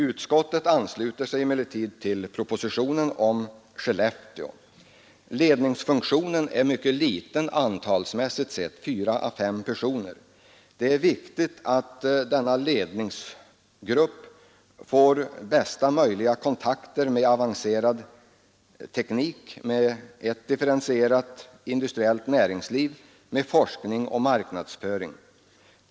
Utskottet ansluter sig emellertid till propositionens förslag om Skellefteå. Ledningsfunktionen är mycket liten, antalsmässigt sett — 4 å 5 personer. Det är viktigt att denna ledningsgrupp får bästa möjliga kontakt med avancerad teknik, med ett differentierat industriellt näringsliv, med forskning och marknadsföring.